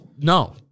no